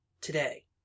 today